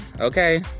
Okay